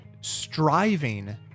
striving